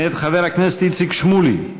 מאת חבר הכנסת איציק שמולי.